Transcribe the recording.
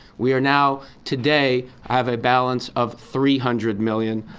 we are now today have a balance of three hundred million